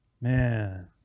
man